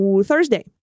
Thursday